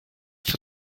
für